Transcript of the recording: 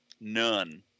none